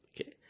Okay